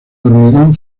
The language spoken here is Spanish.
hormigón